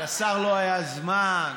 לשר לא היה זמן?